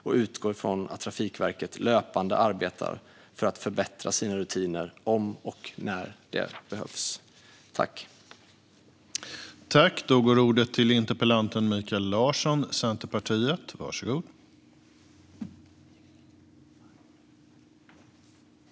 Jag utgår ifrån att Trafikverket löpande arbetar för att förbättra sina rutiner om och när det behövs.